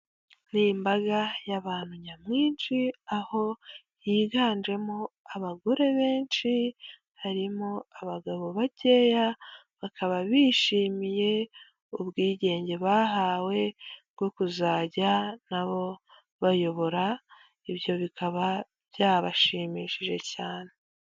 Ni imbaga y'abantu nyamwinshi, aho higanjemo abagore benshi, harimo abagabo bakeya, bakaba bishimiye ubwigenge bahawe bwo kuzajya na bo bayobora, ibyo bikaba byabashimishije cyane.